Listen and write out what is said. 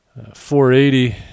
480